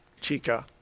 Chica